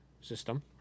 system